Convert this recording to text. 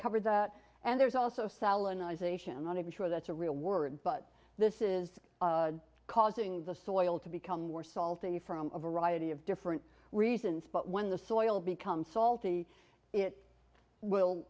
covered that and there's also salinisation to be sure that's a real word but this is causing the soil to become more salty from a variety of different reasons but when the soil becomes salty it will